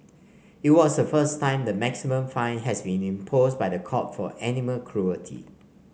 it was the first time the maximum fine has been imposed by the court for animal cruelty